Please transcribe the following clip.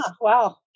Wow